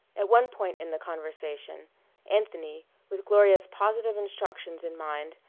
at one point in the conversation anthony, with gloria's positive instructions in mind,